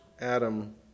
Adam